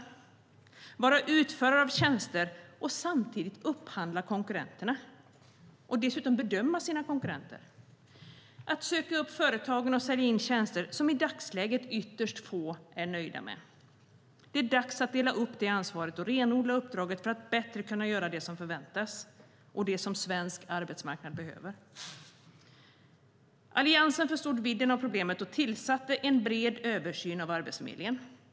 Man ska vara utförare av tjänster och samtidigt upphandla konkurrenterna och dessutom bedöma sina konkurrenter. Man ska söka upp företagen och sälja in tjänster som i dagsläget ytterst få är nöjda med. Det är dags att dela upp ansvaret och renodla uppdraget för att Arbetsförmedlingen bättre ska kunna göra det som förväntas och det som svensk arbetsmarknad behöver. Alliansen förstod vidden av problemet och tillsatte en bred översyn av Arbetsförmedlingen.